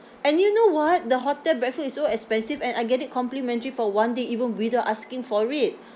and you know what the hotel breakfast is so expensive and I get it complimentary for one day even without asking for it